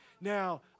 Now